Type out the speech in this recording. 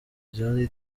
jali